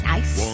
Nice